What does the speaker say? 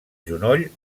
genoll